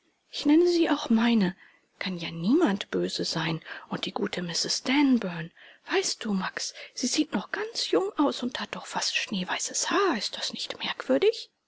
ich nenne sie auch meine kann ja niemand böse sein und die gute mrs stanburn weißt du max sie sieht noch ganz jung aus und hat doch fast schneeweißes haar ist das nicht merkwürdig